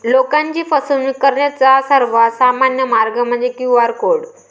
लोकांची फसवणूक करण्याचा सर्वात सामान्य मार्ग म्हणजे क्यू.आर कोड